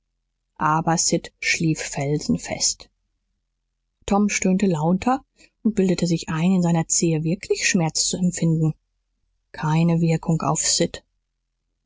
aber sid schlief felsenfest tom stöhnte lauter und bildete sich ein in seiner zehe wirklich schmerz zu empfinden keine wirkung auf sid